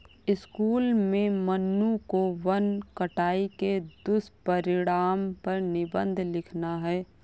school में मन्नू को वन कटाई के दुष्परिणाम पर निबंध लिखना है